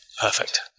perfect